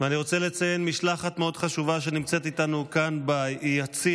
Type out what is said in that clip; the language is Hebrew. אני רוצה לציין משלחת מאוד חשובה שנמצאת איתנו כאן ביציע,